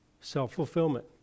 Self-fulfillment